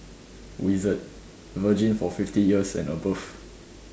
wizards virgin for fifty years and above